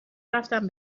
رفتم